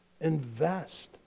invest